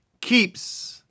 keeps